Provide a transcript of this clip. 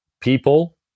people